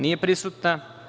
Nije prisutna.